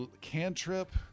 cantrip